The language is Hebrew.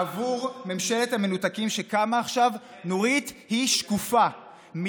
עבור ממשלת המנותקים שקמה עכשיו נורית היא שקופה.